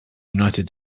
united